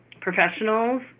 professionals